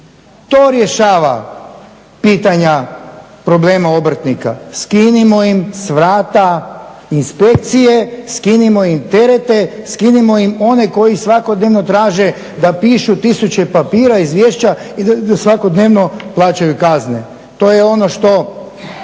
To rješava pitanja problema obrtnika. Skinimo im s vrata inspekcije, skinimo im terete, skinimo im one koji svakodnevno traže da pišu tisuće papira, izvješća i da svakodnevno plaćaju kazne. To je ono što